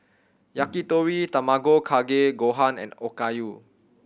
Yakitori Tamago Kake Gohan and Okayu